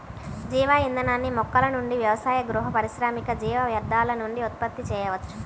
జీవ ఇంధనాన్ని మొక్కల నుండి వ్యవసాయ, గృహ, పారిశ్రామిక జీవ వ్యర్థాల నుండి ఉత్పత్తి చేయవచ్చు